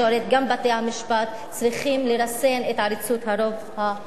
גם בתי-המשפט צריכים לרסן את עריצות הרוב הזה.